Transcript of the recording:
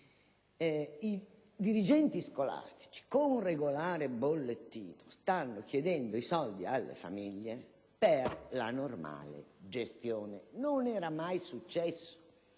i dirigenti scolastici, con regolare bollettino, stanno chiedendo soldi alle famiglie per la normale gestione. Ciò non era mai successo;